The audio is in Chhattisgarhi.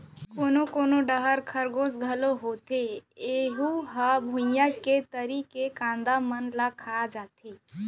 कोनो कोनो डहर खरगोस घलोक होथे ऐहूँ ह भुइंया के तरी के कांदा मन ल खा जाथे